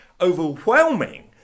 overwhelming